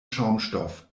schaumstoff